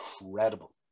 incredible